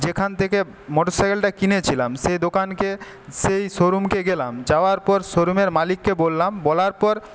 যেখান থেকে মটোর সাইকেলটা কিনেছিলাম সেই দোকানকে সেই শোরুমকে গেলাম যাওয়ার পর শোরুমের মালিককে বললাম বলার পর